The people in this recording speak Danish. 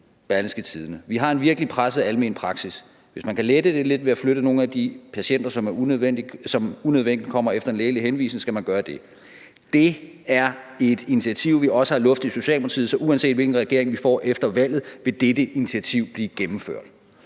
»Vi har en virkelig presset almen praksis. Hvis man kan lette det lidt ved at flytte nogle af de patienter, som unødvendigt kommer efter en lægelig henvisning, skal man gøre det. Det er et initiativ, vi også har luftet i Socialdemokratiet, så uanset hvilken regering vi får efter valget, vil dette initiativ blive gennemført.«